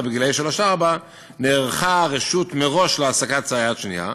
גילאי שלוש-ארבע נערכה הרשות מראש להעסקת סייעת שנייה.